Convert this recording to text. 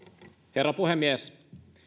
herra puhemies